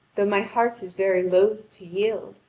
though my heart is very loath to yield.